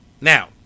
Now